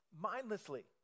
mindlessly